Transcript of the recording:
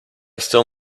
still